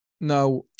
Now